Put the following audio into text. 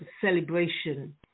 celebration